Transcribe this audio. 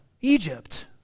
Egypt